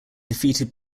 defeated